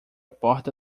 porta